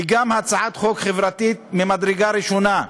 היא גם הצעת חוק חברתית ממדרגה ראשונה.